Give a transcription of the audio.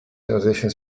auditions